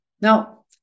Now